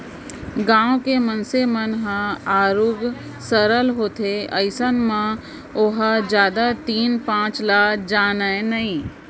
गाँव के मनसे मन ह आरुग सरल होथे अइसन म ओहा जादा तीन पाँच ल जानय नइ